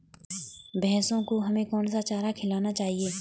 भैंसों को हमें कौन सा चारा खिलाना चाहिए?